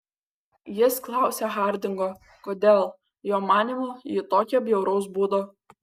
jis klausia hardingo kodėl jo manymu ji tokio bjauraus būdo